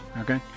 Okay